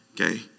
Okay